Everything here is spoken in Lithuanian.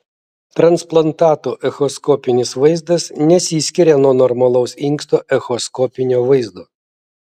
transplantato echoskopinis vaizdas nesiskiria nuo normalaus inksto echoskopinio vaizdo